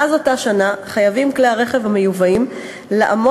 מאז אותה שנה חייבים כלי הרכב המיובאים לעמוד